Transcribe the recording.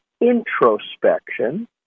introspection